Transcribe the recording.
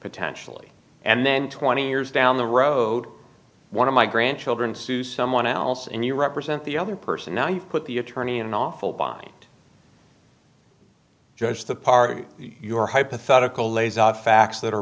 potentially and then twenty years down the road one of my grandchildren sue someone else and you represent the other person now you put the attorney in an awful bind just the party your hypothetical lays out facts that are